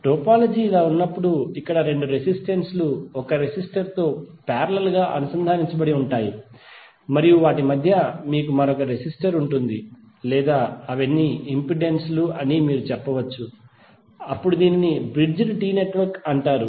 topology ఇలా ఉన్నప్పుడు ఇక్కడ రెండు రెసిస్టెన్స్ లు ఒక రెసిస్టర్ తో పారేలల్ గా అనుసంధానించబడి ఉంటాయి మరియు వాటి మధ్య మీకు మరొక రెసిస్టర్ ఉంటుంది లేదా అవన్నీ ఇంపెడెన్స్ లు అని మీరు చెప్పవచ్చు అప్పుడు దీనిని బ్రిడ్జ్డ్ టి నెట్వర్క్ అంటారు